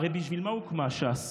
הרי בשביל מה הוקמה ש"ס